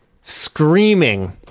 screaming